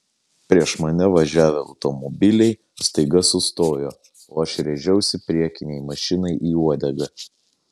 prieš mane važiavę automobiliai staiga sustojo o aš rėžiausi priekinei mašinai į uodegą